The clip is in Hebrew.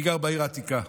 אני גר בעיר העתיקה.